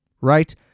right